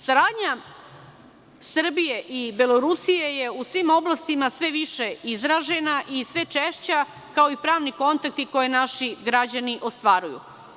Saradnja Srbije i Belorusije je u svim oblastima sve više izražena i sve češća, kao i pravni kontakti koje naši građani ostvaruju.